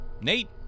Nate